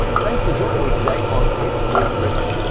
thanks for joining me today on it is written.